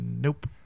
nope